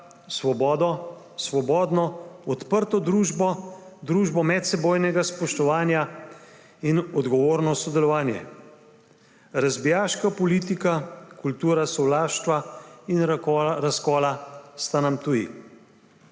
svobodo, svobodno, odprto družbo, družbo medsebojnega spoštovanja in odgovorno sodelovanje. Razbijaška politika, kultura sovraštva in razkola sta nam tuji.